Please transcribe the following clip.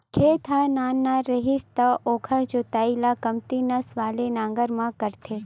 खेत ह नान नान रहिथे त ओखर जोतई ल कमती नस वाला नांगर म करथे